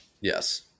Yes